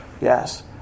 yes